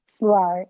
Right